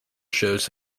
shows